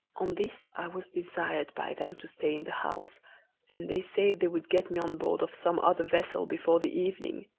on this i was desired by them to stay in the house and they said they would get me on board of some other vessel before the evening.